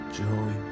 joy